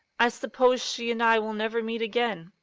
i suppose she and i will never meet again.